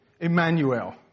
Emmanuel